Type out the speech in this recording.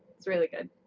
it's really good,